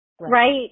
right